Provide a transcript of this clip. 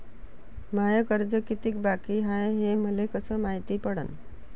माय कर्ज कितीक बाकी हाय, हे मले कस मायती पडन?